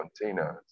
containers